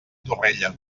torrella